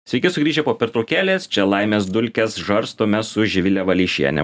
sveiki sugrįžę po pertraukėlės čia laimės dulkes žarstome su živile valeišiene